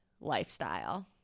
lifestyle